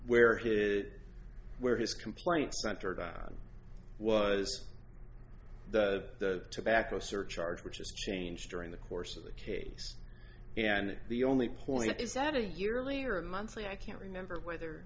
where he did where his complaint centered on was the tobacco surcharge which just changed during the course of the case and the only point is that a yearly or monthly i can't remember whether